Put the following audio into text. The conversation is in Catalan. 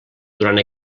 durant